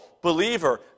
believer